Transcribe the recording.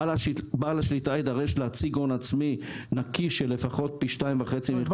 בעל השליטה יידרש להציג הון עצמי נקי של לפחות פי 2.5 --- מה